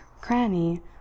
cranny